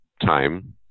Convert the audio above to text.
time